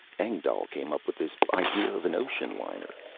engdahl came up with this idea of an ocean liner.